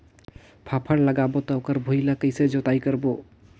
फाफण लगाबो ता ओकर भुईं ला कइसे जोताई करबो?